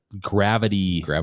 gravity